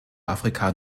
afrika